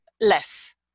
less